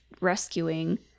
rescuing